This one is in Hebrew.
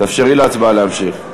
תאפשרי להצבעה להמשיך,